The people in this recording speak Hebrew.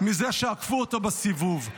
מזה שעקפו אותו בסיבוב.